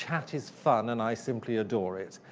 chat is fun, and i simply adore it.